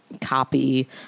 copy